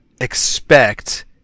expect